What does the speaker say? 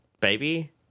baby